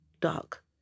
dark